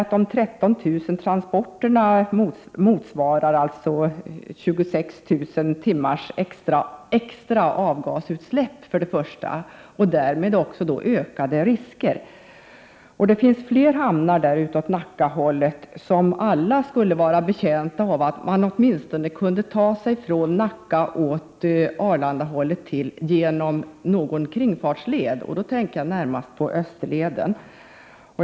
13 000 transporter motsvarar således 26 000 timmars extra avgasutsläpp och därmed också ökade risker. Det finns fler hamnar ute i Nacka som alla skulle vara betjänta av att man kunde ta sig åt Arlandahållet via en kringfartsled. Jag tänker då närmast på den s.k. Österleden.